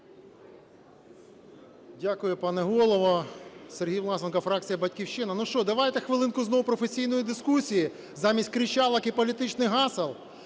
Дякую пане голово! Сергій Власенко. Фракція "Батьківщина". Ну що, давайте хвилинку знову професійної дискусії замість кричало і політичних гасел.